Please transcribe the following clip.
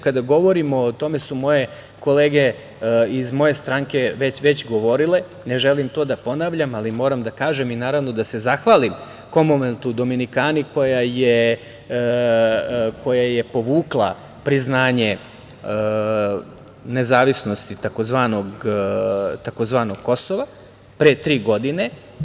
Kada govorimo, o tome su kolege iz moje stranke već govorile, ne želim to da ponavljam, ali moram da kažem i naravno da se zahvalim Komonveltu Dominiki koja je povukla priznanje nezavisnosti tzv. Kosova pre tri godine.